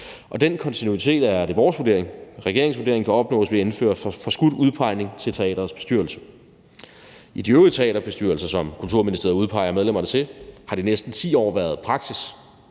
ud. Den kontinuitet er det vores vurdering, regeringens vurdering, kan opnås ved at indføre forskudt udpegning til teatrets bestyrelse. I de øvrige teaterbestyrelser, som Kulturministeriet udpeger medlemmerne til, har det i næsten 10 år været praksis,